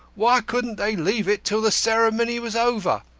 why couldn't they leave it till the ceremony was over?